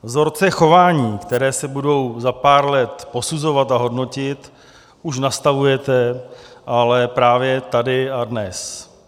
Vzorce chování, které se budou za pár let posuzovat a hodnotit, už nastavujete ale právě tady a dnes.